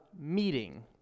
meeting